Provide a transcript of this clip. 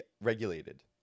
regulated